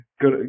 good